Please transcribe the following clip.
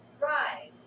Right